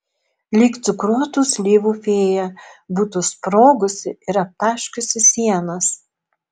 lyg cukruotų slyvų fėja būtų sprogusi ir aptaškiusi sienas